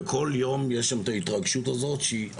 וכל יום יש שם את ההתרגשות הזאת שהיא השואה,